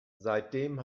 seitdem